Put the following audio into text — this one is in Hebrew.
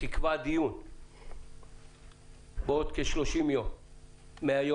תקבע דיון בעוד כ-30 יום מהיום